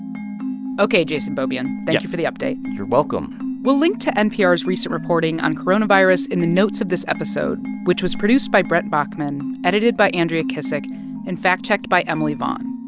ok. jason beaubien, thank you for the update you're welcome we'll link to npr's recent reporting on coronavirus in the notes of this episode, which was produced by brent baughman, edited by andrea kissack and fact-checked by emily vaughn.